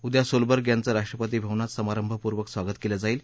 उद्या सोलबर्ग याचं राष्ट्रपती भवनात समारंभापूर्वक स्वागत केलं जाईल